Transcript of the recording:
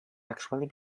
actually